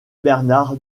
bernard